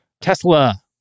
Tesla